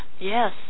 Yes